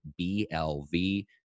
BLV